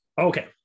okay